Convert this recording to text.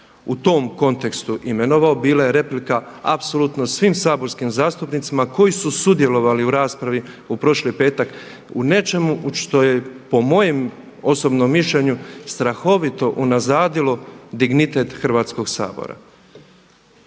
u tom kontekstu imenovao. Bila je replika apsolutno svim saborskim zastupnicima koji su sudjelovali u raspravi u prošli petak u nečemu što je po mojem osobnom mišljenju strahovito unazadilo dignitet Hrvatskog sabora.